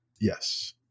Yes